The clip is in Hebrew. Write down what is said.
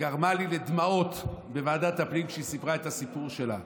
גרמה לי לדמעות בוועדת הפנים כשהיא סיפרה את הסיפור שלה.